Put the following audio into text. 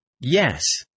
Yes